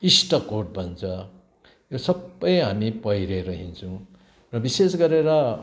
इस्टकोट भन्छ यो सबै हामी पैह्रेर हिँड्छौँ र विशेष गरेर